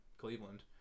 Cleveland